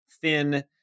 thin